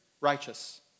righteous